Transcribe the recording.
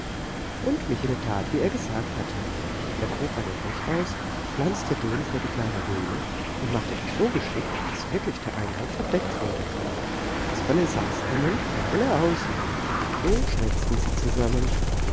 und michele tat wie er gesagt hatte er grub einen busch aus pflanzte den vor die kleine höhle und machte das so geschickt daß wirklich der eingang verdeckt wurde kasperle saß innen michele außen so schwätzten sie zusammen